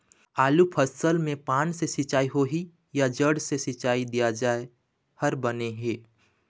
आलू फसल मे पान से सिचाई होही या जड़ से सिचाई दिया जाय हर बने हे?